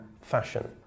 fashion